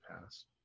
past